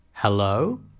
Hello